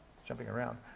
it's jumping around,